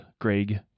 Greg